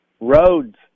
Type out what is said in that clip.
Roads